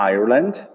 Ireland